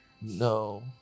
No